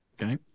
okay